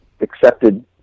accepted